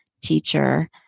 teacher